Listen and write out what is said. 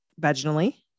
vaginally